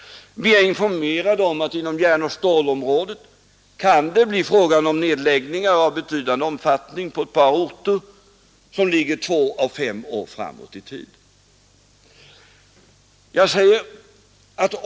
Vi är informerade om att det inom järnoch stålområdet kan bli fråga om nedläggningar av betydande omfattningar på ett par orter två å fem år framåt i tiden.